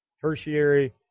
tertiary